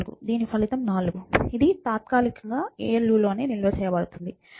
దీని ఫలితం 4 ఇది తాత్కాలికంగా ALUలోనే నిల్వ చేయబడుతుంది